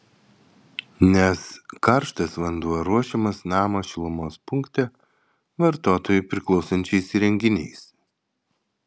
nes karštas vanduo ruošiamas namo šilumos punkte vartotojui priklausančiais įrenginiais